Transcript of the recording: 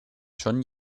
schon